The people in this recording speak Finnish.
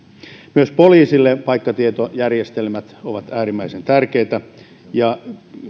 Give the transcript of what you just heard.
myös poliisille paikkatietojärjestelmät ovat äärimmäisen tärkeitä ja